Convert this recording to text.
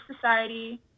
society